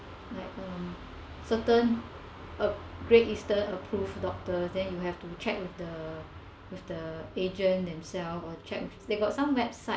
like um certain uh Great Eastern approved doctor thing you have to check with the with the the agent themselves or check they got some website